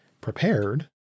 prepared